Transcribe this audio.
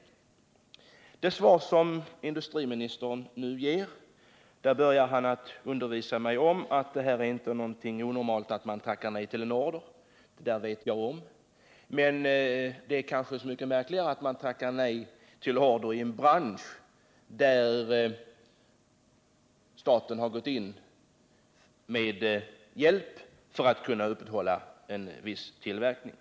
I det svar som industriministern gav här började han undervisa mig om att det inte är något onormalt att ett företag tackar nej till en order. Det vet jag om, men det är märkligt att man tackar nej till order i en bransch där staten har gått in med hjälp för att man skall kunna upprätthålla en viss tillverkning.